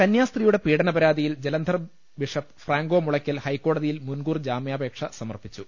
കന്യാസ്ത്രീയുടെ പീഡനപരാതിയിൽ Jalandhar bishop Franco Mulakkal ഹൈക്കോടതിയിൽ മുൻകൂർ ജാമ്യാപേക്ഷ സമർപ്പിച്ചു